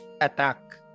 attack